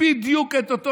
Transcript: בדיוק אותו דבר.